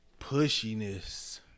Pushiness